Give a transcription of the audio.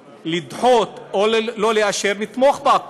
לדחות, או לא לאשר, נתמוך בה.